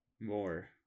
more